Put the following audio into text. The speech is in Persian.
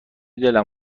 دلم